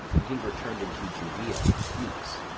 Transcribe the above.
and he returned into judea in peace.